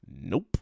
Nope